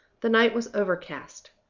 the night was overcast.